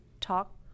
talk